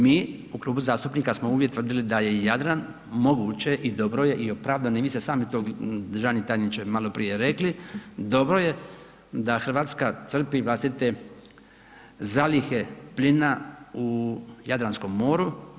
Mi u Klubu zastupnika smo uvijek tvrdili da je Jadran moguće i dobro je i opravdano i vi ste sami to državni tajniče malo prije rekli dobro je da Hrvatska crpi vlastite zalihe plina u Jadranskom moru.